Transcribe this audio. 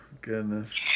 Goodness